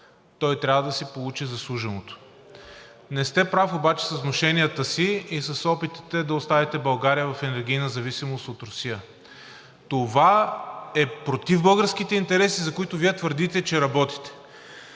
той трябва да си получи заслуженото. Не сте прав обаче с внушенията си и с опитите да оставите България в енергийна зависимост от Русия. Това е против българските интереси, за които Вие твърдите, че работите.